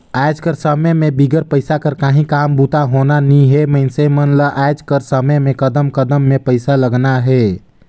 आएज कर समे में बिगर पइसा कर काहीं काम बूता होना नी हे मइनसे मन ल आएज कर समे में कदम कदम में पइसा लगना हे